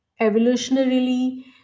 evolutionarily